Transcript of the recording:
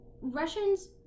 Russians